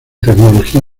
tecnología